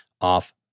off